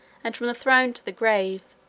and from the throne to the grave,